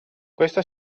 questa